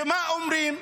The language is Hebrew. ומה אומרים?